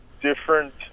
different